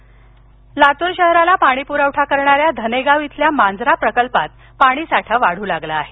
पाणी लातूर शहराला पाणीपूरवठा करणाऱ्या धनेगाव येथील मांजरा प्रकल्पात पाणीसाठा वाढू लागला आहे